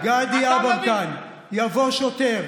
גדי יברקן, יבוא שוטר,